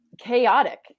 chaotic